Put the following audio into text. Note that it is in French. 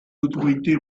autorités